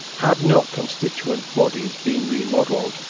had not constituent bodies been remodelled,